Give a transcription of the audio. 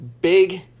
big